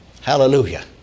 Hallelujah